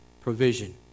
provision